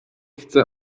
chcę